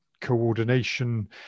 coordination